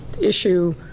issue